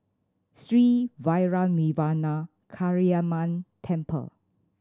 Sri Vairavimada Kaliamman Temple